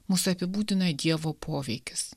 mus apibūdina dievo poveikis